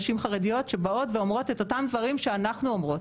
נשים חרדיות שבאות ואומרות את אותם דברים שאנחנו אומרות.